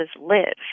live